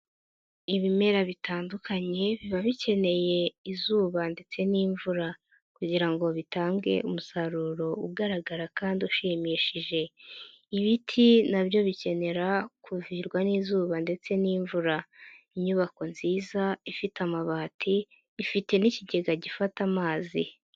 Ibimera bitandukanye biba bikeneye izuba ndetse n'imvura kugira ngo bitange umusaruro ugaragara kandi ushimishije. Ibiti na byo bikenera kuvirwa n'izuba ndetse n'imvura. Inyubako nziza ifite amabati, ifite n'ikigega gifata amazi.